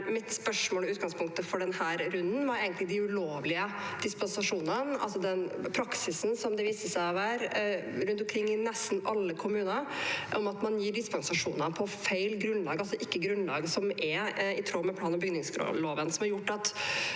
og utgangspunktet for denne runden var egentlig de ulovlige dispensasjonene, altså den praksisen som viser seg å være rundt omkring i nesten alle kommuner med at man gir dispensasjoner på feil grunnlag, dvs. ikke grunnlag som er i tråd med plan- og bygningsloven. Det har gjort at